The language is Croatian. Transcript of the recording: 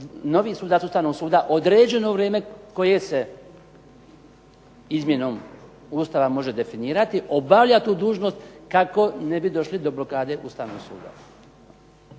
novi sudac Ustavnog suda određeno vrijeme koje se izmjenom Ustava može definirati obavlja tu dužnost kako ne bi došli do blokade Ustavnog suda.